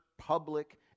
public